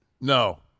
no